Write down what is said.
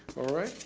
all right,